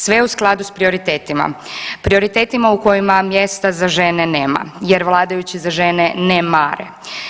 Sve u skladu s prioritetima, prioritetima u kojima mjesta za žene nema jer vladajući za žene ne mare.